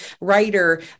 writer